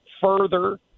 further